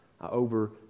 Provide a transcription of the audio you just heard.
over